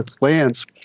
lands